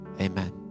amen